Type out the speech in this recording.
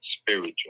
spiritual